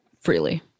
freely